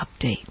update